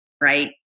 right